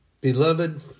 Beloved